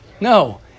No